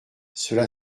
cela